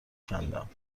کندم